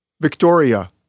Victoria